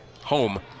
home